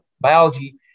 biology